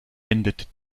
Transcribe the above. endet